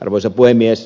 arvoisa puhemies